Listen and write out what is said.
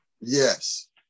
Yes